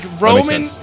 Roman